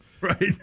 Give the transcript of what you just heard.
right